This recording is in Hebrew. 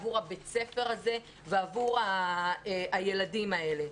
עבור בית הספר הזה ועבור הילדים האלה.